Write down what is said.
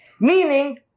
Meaning